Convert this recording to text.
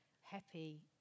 happy